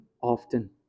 often